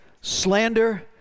slander